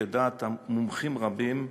לדעת מומחים רבים,